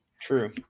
true